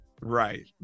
Right